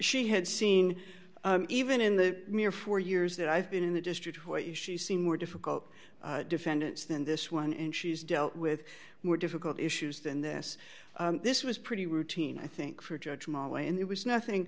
she had seen even in the mere four years that i've been in the district what she's seen more difficult defendants than this one and she's dealt with more difficult issues than this this was pretty routine i think for judge molly and it was nothing